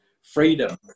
freedom